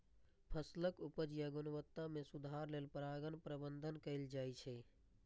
फसलक उपज या गुणवत्ता मे सुधार लेल परागण प्रबंधन कैल जाइ छै